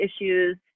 issues